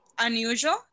unusual